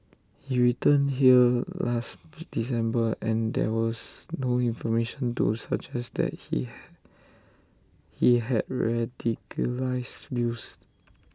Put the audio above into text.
he returned here last December and there was no information to suggest that he had he had radicalised views